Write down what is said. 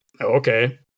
okay